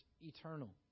eternal